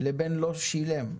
לבין לא שילם,